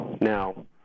Now